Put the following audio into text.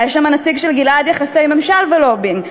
היה שם הנציג של "גלעד יחסי ממשל ולובינג",